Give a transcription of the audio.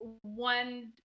one